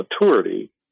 maturity